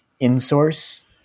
insource